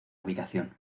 ubicación